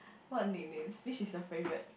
what nicknames which is your favorite